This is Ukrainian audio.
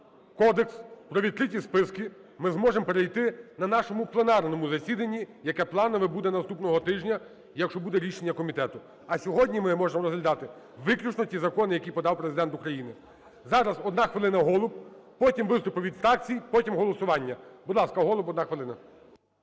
кодекс про відкриті списки ми можемо перейти на нашому пленарному засіданні, яке планове буде наступного тижня, якщо буде рішення комітету. А сьогодні ми можемо розглядати виключно ті закони, які подав Президент України. Зараз одна хвилина - Голуб. Потім – виступи від фракцій. Потім – голосування. Будь ласка, Голуб, одна хвилина.